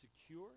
secure